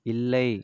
இல்லை